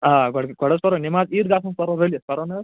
آ گۄڈٕ گٔے گۄڈٕ حظ پَرو نیٚماز عیٖد گاہس منٛز پَرو رٔلِتھ پَرو نا حظ